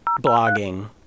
blogging